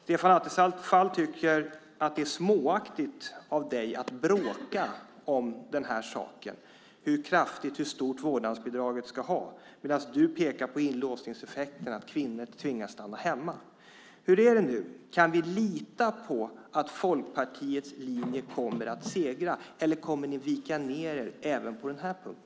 Stefan Attefall tycker att det är småaktigt av dig att bråka om saken, hur kraftigt och hur stort vårdnadsbidraget ska vara, medan du pekar på inlåsningseffekterna, att kvinnor tvingas stanna hemma. Hur är det nu? Kan vi lita på att Folkpartiets linje kommer att segra eller kommer ni att vika ned er även på den punkten?